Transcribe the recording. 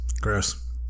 Gross